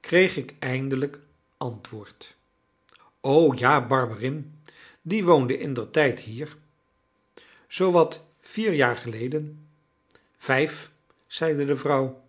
kreeg ik eindelijk antwoord o ja barberin die woonde indertijd hier zoowat vier jaar geleden vijf zeide de vrouw